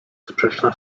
sprzeczna